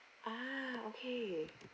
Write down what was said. ah okay